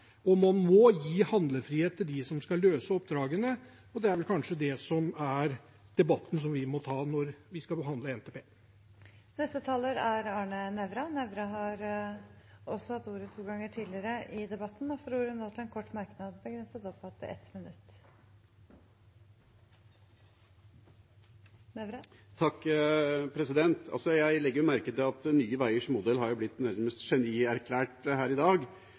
vel kanskje det som er debatten vi må ta når vi skal behandle NTP. Representanten Arne Nævra har hatt ordet to ganger tidligere og får ordet til en kort merknad, begrenset til 1 minutt. Jeg legger merke til at Nye Veiers modell har blitt nærmest genierklært her i dag.